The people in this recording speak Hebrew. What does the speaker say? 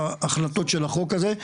ההחלטות של החוק הזה.